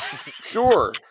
Sure